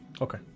Okay